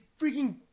freaking